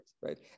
right